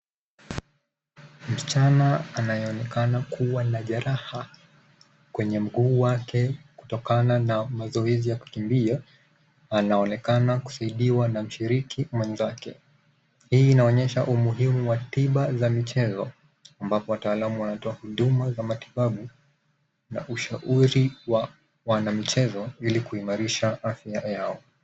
Msichana anayeonekana kuwa na jeraha kwenye mguu wake kutokana na mazoezi ya kukimbia anaonekana kusaidiwa na mshiriki mwenzake. Hii inaonyesha umuhimu wa tiba za michezo ambapo wataalamu wanatoa huduma za matibabu na ushauri wa wanamichezo ili kuimarisha afya yao.